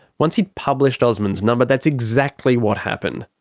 once he'd published osman's number, that's exactly what happened.